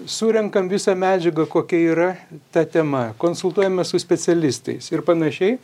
surenkam visą medžiagą kokia yra ta tema konsultuojamės su specialistais ir panašiai